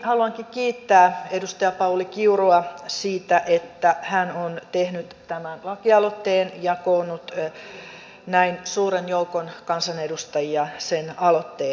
haluankin kiittää edustaja pauli kiurua siitä että hän on tehnyt tämän lakialoitteen ja koonnut näin suuren joukon kansanedustajia sen aloitteen taakse